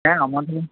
হ্যাঁ আমাদের